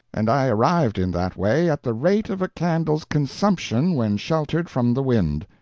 and i arrived in that way at the rate of a candle's consumption when sheltered from the wind.